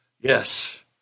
Yes